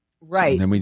Right